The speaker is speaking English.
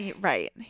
Right